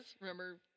remember